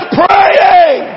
praying